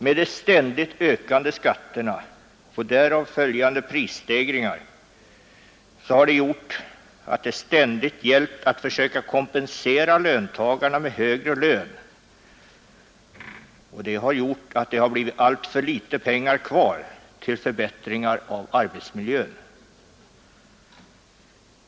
Med ständigt ökande skatter och därav följande prisstegringar har det ständigt gällt att försöka kompensera löntagarna med högre löner. Det har gjort att det blir alltför litet pengar kvar till förbättring av arbetsmiljön.